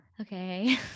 okay